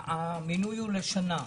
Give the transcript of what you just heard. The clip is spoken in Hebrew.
המינוי הוא לשנה.